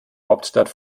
hauptstadt